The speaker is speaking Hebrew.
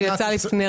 שיהיה במקביל,